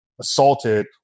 assaulted